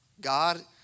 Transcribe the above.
God